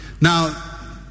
Now